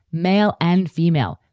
male and female,